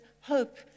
hope